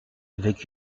avec